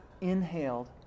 inhaled